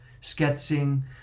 sketching